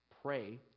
pray